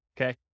okay